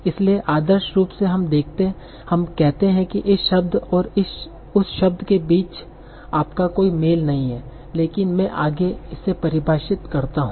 इसलिए आदर्श रूप से हम कहते हैं कि इस शब्द और उस शब्द के बीच आपका कोई मेल नहीं है लेकिन मैं आगे इसे परिभाषित करता हूं